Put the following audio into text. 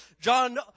John